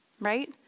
right